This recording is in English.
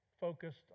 focused